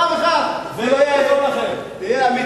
פעם אחת תהיה אמיתי.